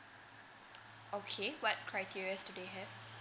okay what criterias do they have